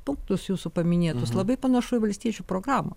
punktus jūsų paminėtus labai panašu į valstiečių programą